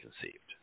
conceived